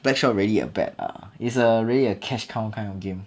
black shot really a bet lah is a really a cash cow kind of game